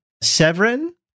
Severin